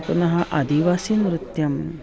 पुनः आदिवासिनृत्यं